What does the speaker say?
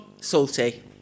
salty